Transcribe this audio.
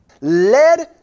led